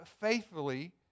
faithfully